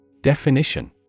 Definition